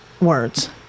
words